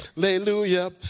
hallelujah